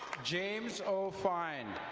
james ofind.